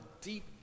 deep